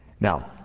Now